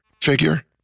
figure